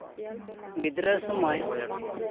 ᱜᱤᱫᱽᱨᱟᱹ ᱥᱩᱢᱟᱹᱭ